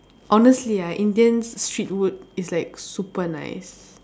honestly ah Indian's street food is like super nice